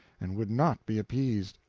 and would not be appeased.